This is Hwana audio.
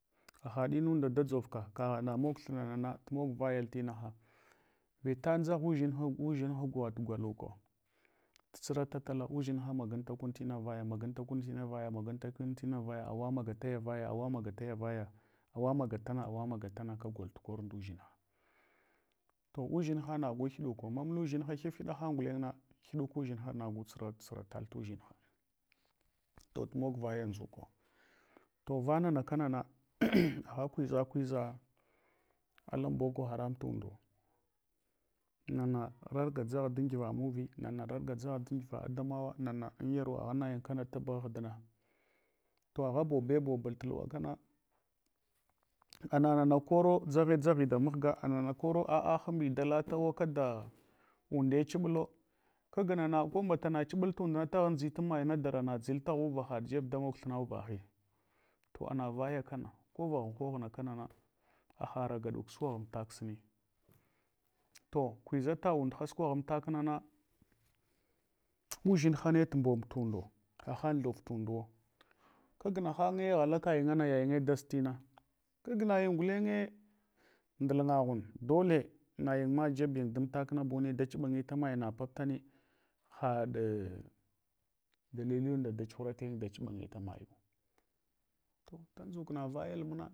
Hahaɗin munda dadʒovka, kagha na mog thunana tumog vayal tinaha. Vita nzagha udʒinha galuka tutsratala, udʒinha magantaku tina vaya, maganta kun tina vaya, magantakun tina vaya, awa maga taya vaya awa maga taya vaya awa maga tana awa maga tana agol tukor ndudʒinha. To undʒinha hagu inɗuko, mamla udʒinha hifhia han gulengna, inɗuku udʒinhana ngu tsu ratal tudʒinha. To lumog vayal ndʒuko to vanana kenana agha kuʒa kujʒa alan boko haram tundo, nana rarga uʒagha dan giwa mubi nana rarga dʒagha da giva adamawa nana an farwa, agha nayin kan tungha aghdina. To agha bobe bobul tuhuwa kana ana nana kon dʒaghe dʒaghi da muhga ana na koro a’a hanbi dala tatau kada unde chibulo, kagnana ko mbata na chibul tundra taghan dʒutan mayana dara na dʒil taghauvahaɗ jeb da mog thima uvahi. To ana vayu kana, ko vahan noghna kana haha ragaɗuk su kwaghantak suni. To kwiʒata undha sukwaghan amtak nana, udʒin hane tu mbomb tundo, hahan thov tunduwo, kog nakanye ghalakayingana, kag nayin gulenye nchel ngaghun, dole nayin ma jebim damtak na buni, da chuɓa ngita maya na napaptani, haɗ dalilin nda da dʒuhuratayin da chubu nyita mayi. To tudʒuk naviyal muna.